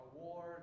award